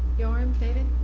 yoram? david?